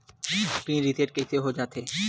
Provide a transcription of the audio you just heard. Pin reset कइसे हो जाथे?